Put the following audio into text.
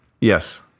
Yes